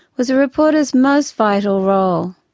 was a reporter's most vital role.